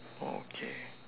okay